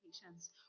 patients